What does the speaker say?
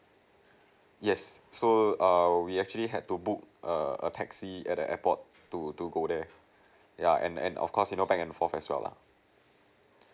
yes so err we actually had to book err a taxi at the airport to to go there yeah and and of course you know back and forth as well lah